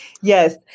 Yes